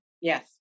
Yes